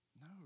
No